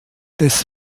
des